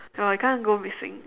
no I can't go missing